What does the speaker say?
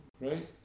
right